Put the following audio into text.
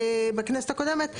בכנסת הקודמת,